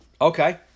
Okay